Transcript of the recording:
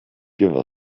give